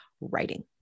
writing